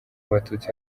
abatutsi